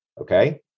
Okay